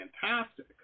fantastic